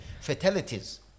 fatalities